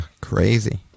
crazy